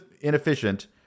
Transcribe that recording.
inefficient